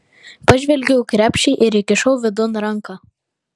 pažvelgiau į krepšį ir įkišau vidun ranką